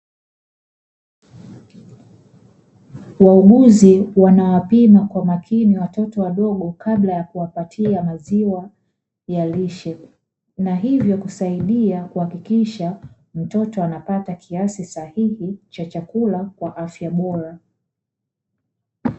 Wauguzi wanawapima kwa makini watoto wadogo kabla ya kuwapatia maziwa ya lishe, na hivyo kusaidia kuhakikisha watoto wanapata kiasi sahihi cha chakula kwa afya bora.